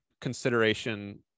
consideration